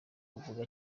uvuga